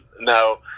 no